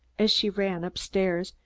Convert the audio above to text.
as she ran up-stairs,